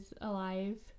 alive